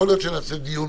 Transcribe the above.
יכול להיות שנעשה דיון